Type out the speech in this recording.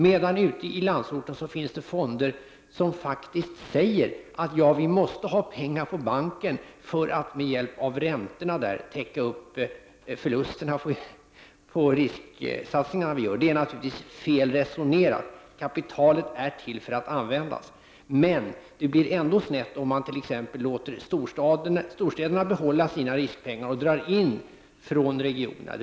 Den andra är att det ute i landsorten finns fonder där man faktiskt säger: Vi måste ha pengar på banken för att med hjälp av räntorna täcka förlusterna för risksatsningarna. Det är naturligtvis fel resonerat. Kapitalet är ju till för att användas. Men det blir ändå snett om man t.ex. låter storstäderna behålla sina riskpengar och drar in från regionerna.